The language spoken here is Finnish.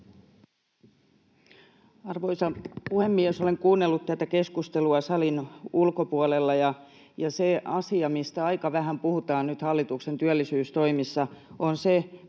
Arvoisa puhemies! Olen kuunnellut tätä keskustelua salin ulkopuolella, ja se asia, mistä aika vähän puhutaan nyt hallituksen työllisyystoimissa, on se,